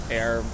air